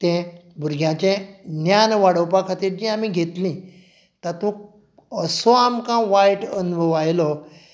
तें भुरग्यांचें ज्ञान वाडोवपा खातीर तीं आमी घेतलीं तातूंत असो आमकां वायट अणभव आयलो